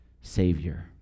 Savior